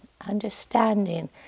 understanding